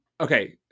Okay